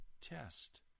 test